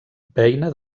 beina